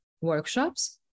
workshops